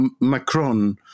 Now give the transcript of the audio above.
Macron